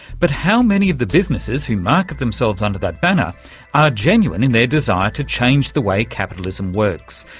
but how many of the businesses who market themselves under that banner are genuine in their desire to change the way capitalism works,